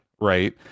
right